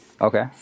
Okay